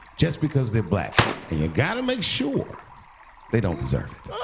just because they're black. and you got to make sure they don't deserve it.